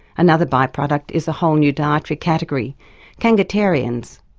another by-product is a whole new dietary category kangatarians,